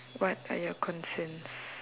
what are you concerns